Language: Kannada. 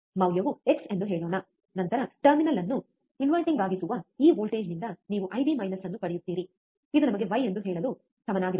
ಮೌಲ್ಯವು x ಎಂದು ಹೇಳೋಣ ನಂತರ ಟರ್ಮಿನಲ್ ಅನ್ನು ಇನ್ವರ್ಟಿಂಗ್ ಆಗಿಸುವ ಈ ವೋಲ್ಟೇಜ್ನಿಂದ ನೀವು ಐಬಿ ಅನ್ನು ಪಡೆಯುತ್ತೀರಿ ಇದು ನಮಗೆ y ಎಂದು ಹೇಳಲು ಸಮನಾಗಿರುತ್ತದೆ